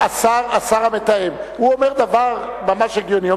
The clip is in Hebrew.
השר המתאם, הוא אמר דבר ממש הגיוני.